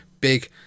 big